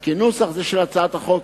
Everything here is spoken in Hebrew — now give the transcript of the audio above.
כי נוסח זה של הצעת החוק,